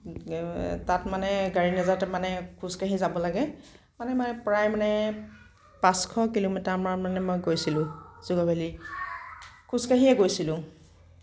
তাত মানে গাড়ী নাযাওঁতে মানে খোজকাঢ়ি যাব লাগে মানে মই প্ৰায় মানে পাঁচশ কিলোমিটাৰমান মানে মই গৈছিলোঁ যোগ' ভেলী খোজকাঢ়িয়েই গৈছিলোঁ